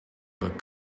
but